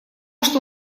что